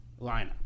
lineup